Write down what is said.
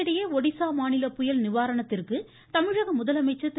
இதனிடையே ஒடிசா மாநில புயல் நிவாரணத்திற்கு தமிழக முதலமைச்சர் திரு